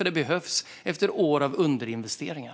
Det behövs efter år av underinvesteringar.